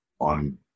on